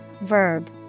verb